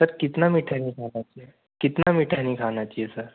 sir कितना मीठा नहीं खाना चाहिए कितना मीठा नहीं खाना चाहिए सर